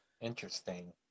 interesting